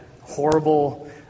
horrible